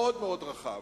שיהיה מאוד מאוד רחב.